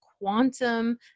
quantum